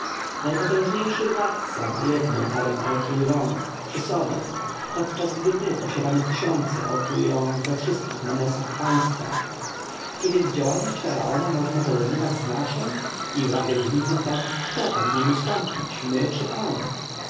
najpotężniejszy władca ma jedną parę oczu i rąk przy sobie podczas gdy my posiadamy tysiące oczu i rąk we wszystkich nomesach i nawet w obcych państwach czy więc działalność faraona może porównywać się z naszą i w razie różnicy zdań kto powinien ustąpić my czy on